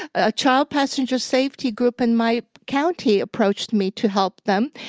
a child passenger safety group in my county approached me to help them,